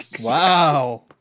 Wow